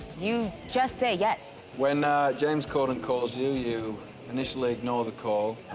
you just say yes. when james corden calls you, you initially ignore the call.